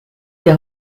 des